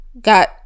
got